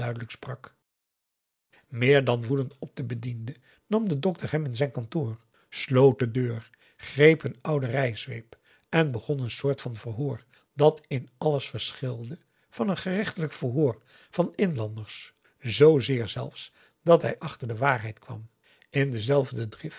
meer dan woedend op den bediende nam de dokter hem in zijn kantoor sloot de deur greep een oude rijzweep en begon een soort van verhoor dat in alles verschilde van een gerechtelijk verhoor van inlanders zzeer zelfs dat hij achter de waarheid kwam in dezelfde drift